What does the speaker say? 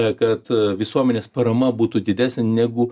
a kad a visuomenės parama būtų didesnė negu